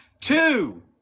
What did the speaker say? Two